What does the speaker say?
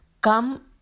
Come